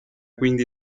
quindi